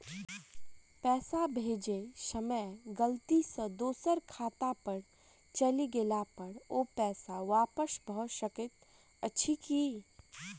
पैसा भेजय समय गलती सँ दोसर खाता पर चलि गेला पर ओ पैसा वापस भऽ सकैत अछि की?